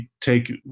take